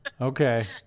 okay